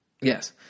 Yes